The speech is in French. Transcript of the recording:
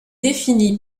définie